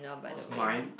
it was mine